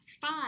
five